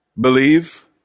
believe